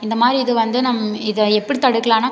இந்த மாதிரி இது வந்து நம் இதை எப்படி தடுக்கலான்னா